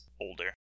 older